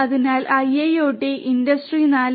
അതിനാൽ IIoT industry 4